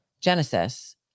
Genesis